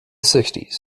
sixties